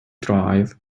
drive